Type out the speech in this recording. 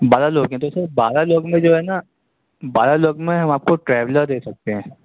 بارہ لوگ ہیں تو سر بارہ لوگ میں جو ہے نا بارہ لوگ میں ہم آپ کو ٹریولر دے سکتے ہیں